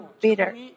bitter